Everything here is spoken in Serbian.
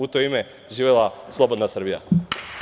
U to ime živela slobodna Srbija.